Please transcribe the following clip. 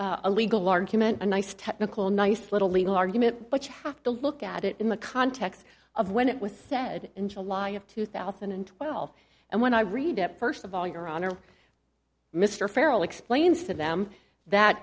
makes a legal argument a nice technical nice little legal argument but you have to look at it in the context of when it with said in july of two thousand and twelve and when i read it first of all your honor mr farrel explains to them that